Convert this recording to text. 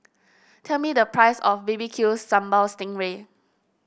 tell me the price of B B Q Sambal Sting Ray